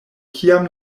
kiam